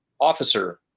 officer